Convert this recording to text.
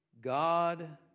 God